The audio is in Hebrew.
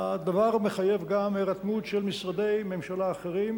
הדבר מחייב גם הירתמות של משרדי ממשלה אחרים